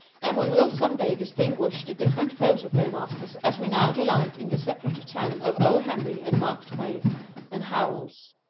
and we will some day distinguish the different photoplay masters as we now delight in the separate tang of o. henry and mark twain and howells.